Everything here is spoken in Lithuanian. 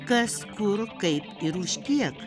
kas kur kaip ir už kiek